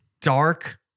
dark